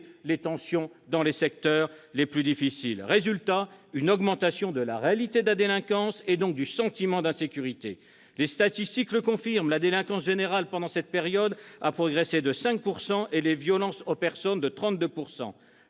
les tensions dans les secteurs les plus difficiles. Résultat : une augmentation de la réalité de la délinquance et donc du sentiment d'insécurité ! Les statistiques de la délinquance le confirment. La délinquance générale pendant cette période a progressé de 5 % et les violences aux personnes, de 32 %.